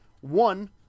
One